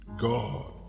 God